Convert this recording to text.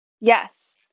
Yes